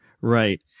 Right